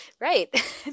Right